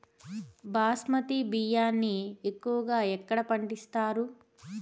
బాస్మతి బియ్యాన్ని ఎక్కువగా ఎక్కడ పండిస్తారు?